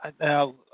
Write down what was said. now